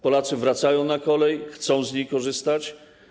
Polacy wracają na kolej, chcą z niej korzystać.